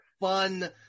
fun